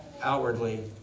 outwardly